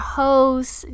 host